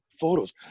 photos